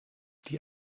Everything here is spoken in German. die